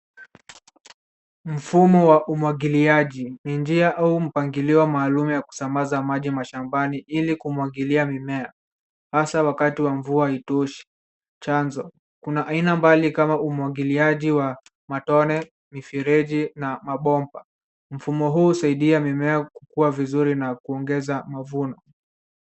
Mfumo wa umwangiliaji .Ni njia au mfumo maalum ya kusambaza maji mashambani ili kumwangilia mimea, hasa wakati wa mvua haitoshi chanzo. Kuna aina mbalimbali kama umwangiliaji wa matone, mifereji na mabomba. Mfumo huu husaidia mimea kukua vizuri na kuongeza mavuno.